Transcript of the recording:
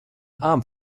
arm